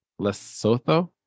Lesotho